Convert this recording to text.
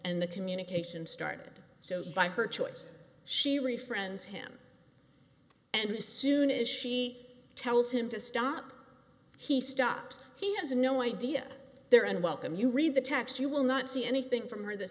and the communication started so by her choice she read friends him and his soon as she tells him to stop he stops he has no idea there and welcome you read the text you will not see anything from her th